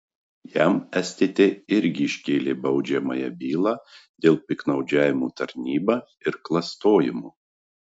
jam stt irgi iškėlė baudžiamąją bylą dėl piktnaudžiavimo tarnyba ir klastojimo